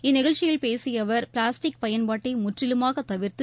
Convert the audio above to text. இந்நிகழ்ச்சியில் பேசிய அவர் பிளாஸ்டிக் பயன்பாட்டை முற்றிலுமாகத் தவிர்த்து